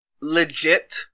legit